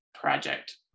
project